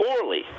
poorly